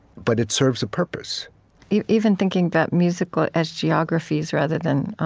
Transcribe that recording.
but it serves a purpose even thinking about music as geographies rather than